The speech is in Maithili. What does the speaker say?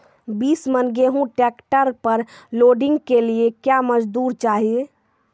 बीस मन गेहूँ ट्रैक्टर पर लोडिंग के लिए क्या मजदूर चाहिए?